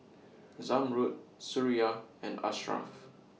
Zamrud Suria and Ashraff